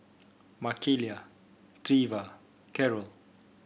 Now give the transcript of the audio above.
Makaila Treva Carol